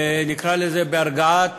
נקרא לזה, בהרגעת